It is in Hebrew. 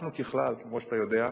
אנחנו ככלל, כמו שאתה יודע,